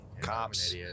Cops